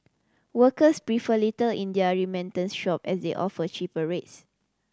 workers prefer Little India remittance shop as they offer cheaper rates